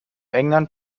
england